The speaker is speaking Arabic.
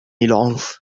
العنف